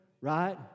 right